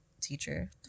teacher